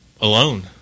alone